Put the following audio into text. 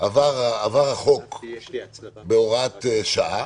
עבר החוק בהוראת שעה